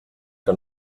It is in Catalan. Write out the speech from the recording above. que